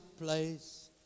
place